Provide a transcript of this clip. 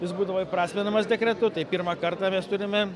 jis būdavo įprasminamas dekretu tai pirmą kartą mes turime